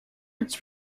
its